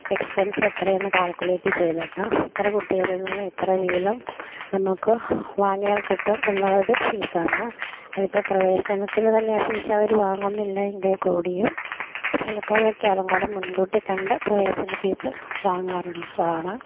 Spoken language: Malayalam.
എക്സ്പെൻസെത്രയാണെന്ന് കാൽകുലേറ്റ് ചെയ്തിട്ട് ഇത്ര കുട്ടികളിൽനിന്ന് ഇത്ര വീതം നമുക്ക് വാങ്ങിയാൽ കിട്ടും എന്നുള്ളൊരു ഫീസാണ് അതിപ്പോള് പ്രവേശനത്തിനു തന്നെ ഫീസവര് വാങ്ങുന്നില്ല എങ്കിൽ കൂടിയും ചിലപ്പോഴൊക്കെ അതും കൂടെ മുൻകൂട്ടിക്കണ്ട് പ്രവേശന ഫീസ് വാങ്ങാറുള്ളതാണ്